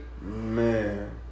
Man